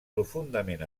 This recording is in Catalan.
profundament